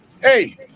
hey